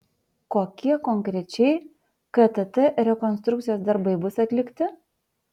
kokie konkrečiai ktt rekonstrukcijos darbai bus atlikti